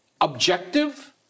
objective